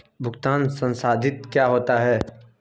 भुगतान संसाधित क्या होता है?